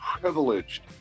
privileged